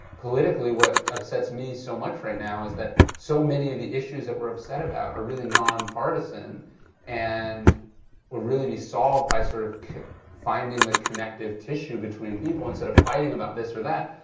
politically what upsets me so much right now is that so many of the issues that we're upset about are really non-partisan and will really be solved by sort of finding the connective tissue between people instead of fighting about this or that.